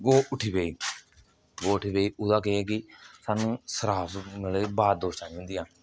गौ उट्ठी पेई गौ उट्ठी पेई ओह्दा केह् कि सानूं श्राप मतलब कि बद दुआ नेईं थ्होंदियां